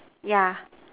yeah